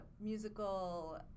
musical